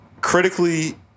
critically